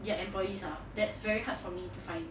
their employees ah that's very hard for me to find